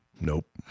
Nope